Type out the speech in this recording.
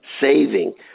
Saving